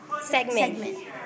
segment